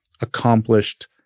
accomplished